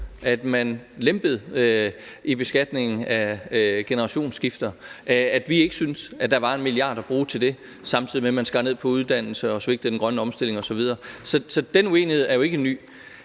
at man lempede beskatningen af generationsskifter, at vi ikke syntes, at der var 1 mia. kr. til at bruge til det, samtidig med at man skar ned på uddannelserne og svigtede den grønne omstilling osv. Så den uenighed er jo ikke ny.